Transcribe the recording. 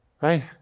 Right